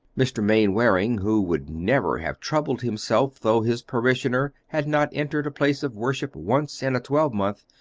mr. mainwaring, who would never have troubled himself though his parishioner had not entered a place of worship once in a twelvemonth,